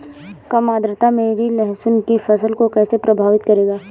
कम आर्द्रता मेरी लहसुन की फसल को कैसे प्रभावित करेगा?